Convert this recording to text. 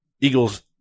Eagles